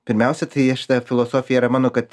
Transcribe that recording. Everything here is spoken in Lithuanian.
pirmiausia tai aš ta filosofija yra mano kad